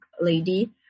lady